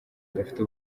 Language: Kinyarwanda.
adafite